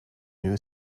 new